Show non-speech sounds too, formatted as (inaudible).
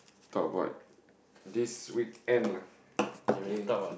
talk about (noise) this weekend lah okay